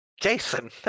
Jason